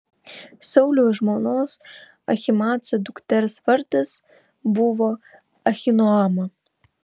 sauliaus žmonos ahimaaco dukters vardas buvo ahinoama